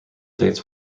dates